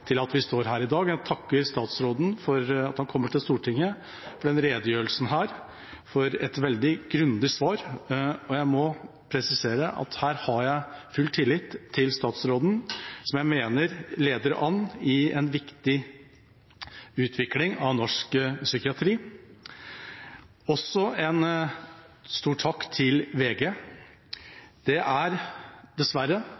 Stortinget med denne redegjørelsen, og for et veldig grundig svar. Jeg må presisere at jeg her har full tillit til statsråden, som jeg mener leder an i en viktig utvikling av norsk psykiatri. En stor takk også til